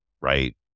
right